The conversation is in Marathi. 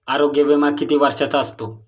आरोग्य विमा किती वर्षांचा असतो?